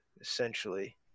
essentially